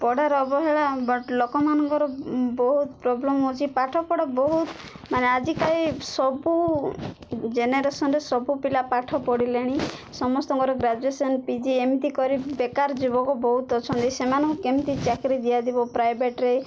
ପଢ଼ାର ଅବହେଳା ବଟ୍ ଲୋକମାନଙ୍କର ବହୁତ ପ୍ରୋବ୍ଲେମ୍ ହଉଛି ପାଠପଢ଼ ବହୁତ ମାନେ ଆଜିକାଲି ସବୁ ଜେନେରେସନରେ ସବୁ ପିଲା ପାଠ ପଢ଼ିଲେଣି ସମସ୍ତଙ୍କର ଗ୍ରାଜୁଏସନ ପିଜି ଏମିତି କରି ବେକାର ଯୁବକ ବହୁତ ଅଛନ୍ତି ସେମାନଙ୍କୁ କେମିତି ଚାକିରି ଦିଆଯିବ ପ୍ରାଇଭେଟରେ